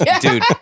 Dude